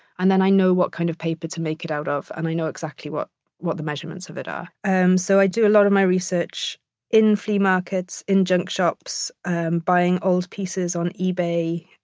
and then i know what kind of paper to make it out of and i know exactly what what the measurements of it are. and so i do a lot of my research in flea markets, in junk shops, buying old pieces on ebay,